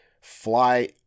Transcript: fly